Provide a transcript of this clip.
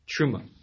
truma